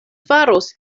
faros